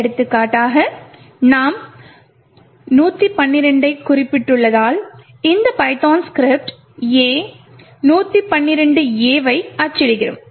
எடுத்துக்காட்டாக இங்கே நாம் 112 ஐக் குறிப்பிட்டுள்ளதால் இந்த பைதான் ஸ்கிரிப்ட் A 112 A ஐ அச்சிடும்